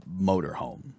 motorhome